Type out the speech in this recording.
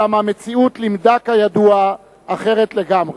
אולם המציאות לימדה, כידוע, אחרת לגמרי.